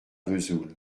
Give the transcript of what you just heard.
vesoul